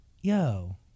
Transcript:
yo